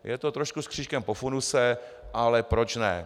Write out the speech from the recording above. Je to trošku s křížkem po funuse, ale proč ne.